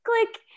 click